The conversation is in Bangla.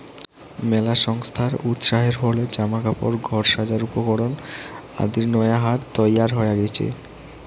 মেলা সংস্থার উৎসাহের ফলে জামা কাপড়, ঘর সাজার উপকরণ আদির নয়া হাট তৈয়ার হয়া গেইচে